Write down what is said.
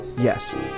Yes